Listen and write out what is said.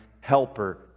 helper